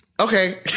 Okay